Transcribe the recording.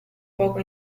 poco